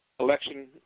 Election